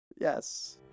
yes